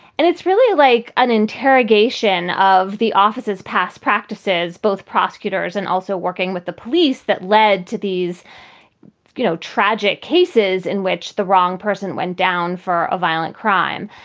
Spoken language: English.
and it's really like an interrogation of the officers past practices, both prosecutors and also working with the police that led to these you know tragic cases in which the wrong person went down for a violent crime.